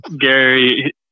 Gary